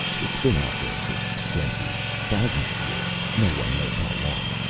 it's been out there for centuries, thousands of years. no one knows how long.